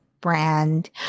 brand